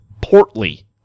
Portly